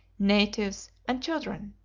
natives, and children.